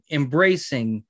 embracing